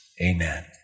amen